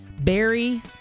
Barry